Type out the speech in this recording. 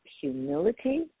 humility